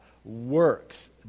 works